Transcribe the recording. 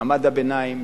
מעמד הביניים,